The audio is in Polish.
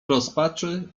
rozpaczy